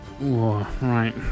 right